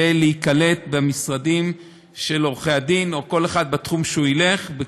להיקלט במשרדים של עורכי הדין כל אחד בתחום שילך בו,